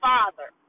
Father